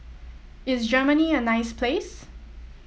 is Germany a nice place